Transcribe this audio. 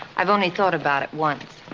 i've only thought about it once.